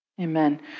Amen